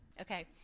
Okay